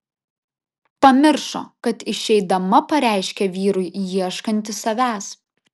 pamiršo kad išeidama pareiškė vyrui ieškanti savęs